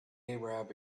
arab